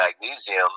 magnesium